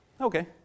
Okay